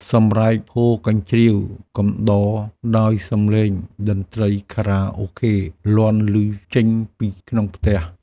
សម្រែកហ៊ោកញ្ជ្រៀវកំដរដោយសំឡេងតន្ត្រីខារ៉ាអូខេលាន់ឮចេញពីក្នុងផ្ទះ។